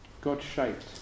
God-shaped